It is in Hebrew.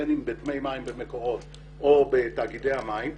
בין אם בדמי מים במקורות או בתאגידי המים,